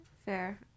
Fair